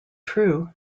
true